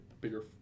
Bigger